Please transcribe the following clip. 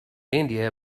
india